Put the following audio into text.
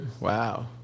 Wow